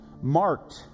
marked